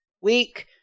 week